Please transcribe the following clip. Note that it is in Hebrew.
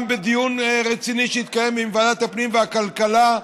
גם בדיון רציני שהתקיים עם ועדת הפנים והכלכלה,